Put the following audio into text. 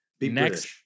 Next